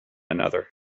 another